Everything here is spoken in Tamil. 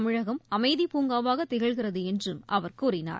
தமிழகம் அமைதிப்பூங்காவாக திகழ்கிறது என்றும் அவர் கூறினார்